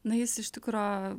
na jis iš tikro